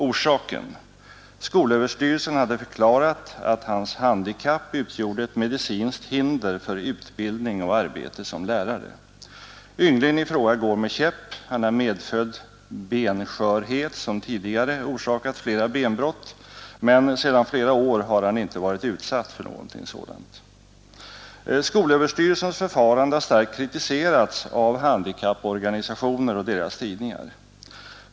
Orsaken: skolöverstyrelsen hade förklarat att hans handikapp utgjorde ett medicinskt hinder för utbildning till och arbete som lärare. Ynglingen i fråga går med käpp. Han har medfödd benskörhet, som tidigare orsakat flera benbrott, men sedan flera år tillbaka har han inte varit utsatt för något sådant. Skolöverstyrelsens förfarande har starkt kritiserats av handikapporganisationer och deras tidningar.